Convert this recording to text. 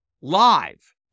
live